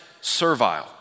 servile